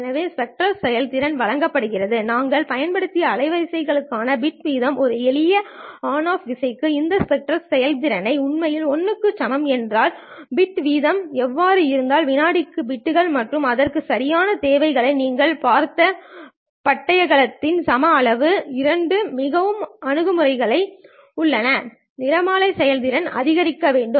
எனவே ஸ்பெக்ட்ரல் செயல்திறன் வழங்கப்படுகிறது நீங்கள் பயன்படுத்திய அலைவரிசைக்கான பிட் வீதம் ஒரு எளிய ஆன் ஆஃப் விசைக்கு இந்த ஸ்பெக்ட்ரல் செயல்திறன் உண்மையில் 1 க்கு சமம் ஏனென்றால் பிட் வீதம் அவ்வாறு இருப்பதால் விநாடிக்கு பிட்கள் மற்றும் அதற்கு சரியாக தேவைப்படுகிறது நீங்கள் பார்த்த பட்டையகலத்தின் சம அளவு இரண்டு முக்கிய அணுகுமுறைகள் உள்ளன நிறமாலை செயல்திறனை அதிகரிக்க வேண்டும்